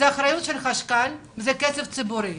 אחריות של חשכ"ל, זה כסף ציבורי.